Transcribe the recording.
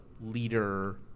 leader